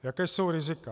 Jaká jsou rizika?